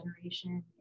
generation